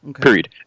Period